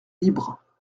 libre